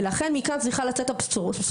ולכן, מכאן צריכה לצאת הבשורה,